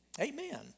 Amen